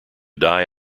die